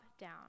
down